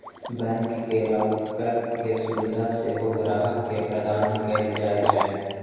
bank मे locker के सुविधा सेहो ग्राहक के प्रदान कैल जाइ छै